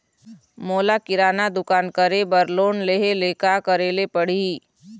मोला किराना दुकान करे बर लोन लेहेले का करेले पड़ही?